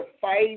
fight